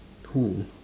who